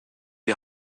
die